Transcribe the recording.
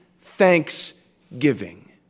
thanksgiving